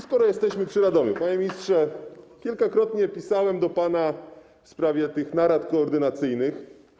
Skoro jesteśmy przy Radomiu, panie ministrze, kilkakrotnie pisałem do pana w sprawie tych narad koordynacyjnych.